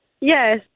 Yes